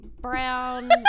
brown